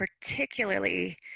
particularly